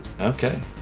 Okay